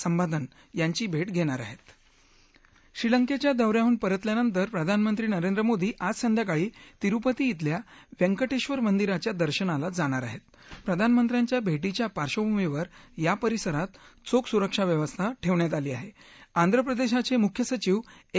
संबाथन यांचीही भट्ट प्रधार आहस्त श्रीलंक्ख्या दौऱ्याहून परतल्यानंतर प्रधानमंत्री नरेंद्र मोदी आज संध्याकाळी तिरुपती इथल्या व्यंकट्वर मंदीराच्या दर्शनाला जाणार आहेत प्रधानमंत्र्यांच्या भट्टीच्या पार्वभूमीवर या परिसरात चोख सुरक्षा व्यवस्था ठक्षियात आली आह आंध्र प्रदक्षाव मुख्य सचिव एल